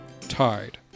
Tide